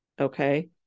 okay